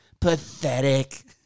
Pathetic